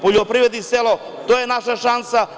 Poljoprivreda i selo, to je naša šansa.